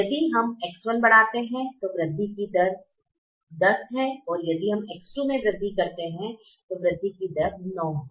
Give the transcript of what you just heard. यदि हम X1 बढ़ाते हैं तो वृद्धि की दर 10 है और यदि हम X2 मे वृद्धि करते हैं वृद्धि की दर 9 है